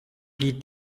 wie